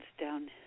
down